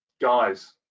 guys